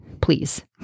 please